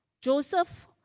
Joseph